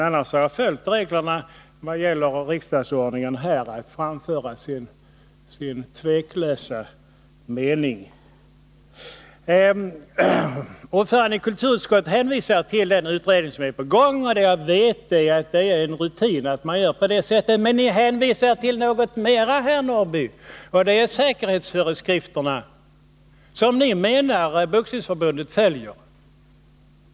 Annars har jag följt reglerna i riksdagsordningen, som ger mig rätt att framföra min tveklösa mening. Ordföranden i kulturutskottet hänvisade till den utredning som pågår. Vad jag vet är att det är rutin att göra så. Men ni hänvisar även till något mer, herr Norrby, nämligen till säkerhetsföreskrifterna, som ni menar att Boxningsförbundet följer.